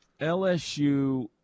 LSU